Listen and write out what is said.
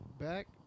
back